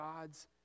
God's